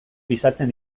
pisatzen